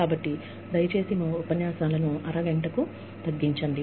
కాబట్టి దయచేసి మీ ఉపన్యాసాలను అరగంటకు తగ్గించండి